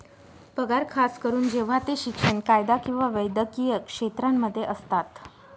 पगार खास करून जेव्हा ते शिक्षण, कायदा किंवा वैद्यकीय क्षेत्रांमध्ये असतात